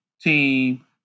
team